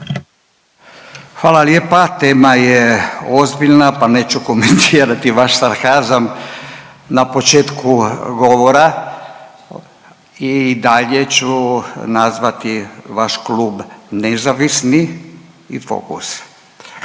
Hvala lijepa. Tema je ozbiljna pa neću komentirati vaš sarkazam na početku govora i dalje ću nazvati vaš klub nezavisni i Fokus.